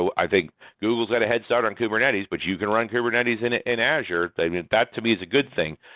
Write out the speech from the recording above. so i think google's got a head start on kubernetes, but you can run kubernetes in in azure. yeah that to me is a good thing.